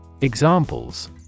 Examples